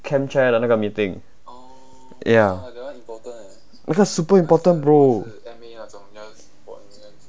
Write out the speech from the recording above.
camp chair 的那个 meeting ya 那个 super important bro